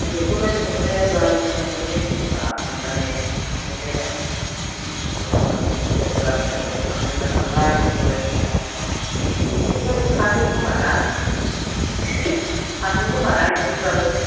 आं बेखौनो सोंहरदों गारिनि थाखायनो डिस्टार्ब मोननानै सोंहरनायदां बास थाङो ना उइनगार थिंगार थाङो ना थांला मिनिबासबो थाङो एपेफ्राबो थाङो खोमाना थांङो खोमा ना एपेफ्राबो